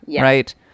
right